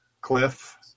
Cliff